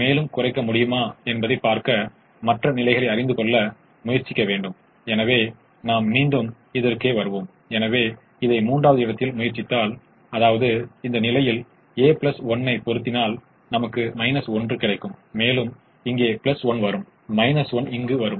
நாம் ஒரு மாதிரியை மட்டுமே வழங்கியுள்ளோம் இது நிச்சயமாக எல்லா தீர்வுகளும் அல்ல ஏனென்றால் இரட்டைக்கான முதன்மை மற்றும் எல்லையற்ற சாத்தியமான தீர்வுகளுக்கு சாத்தியமான தீர்வுகளுக்கு எல்லையற்ற தீர்வுகள் உள்ளன